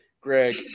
greg